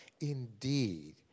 indeed